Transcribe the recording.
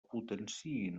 potenciïn